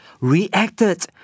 reacted